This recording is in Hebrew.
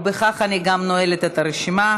ובכך אני גם נועלת את הרשימה.